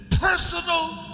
personal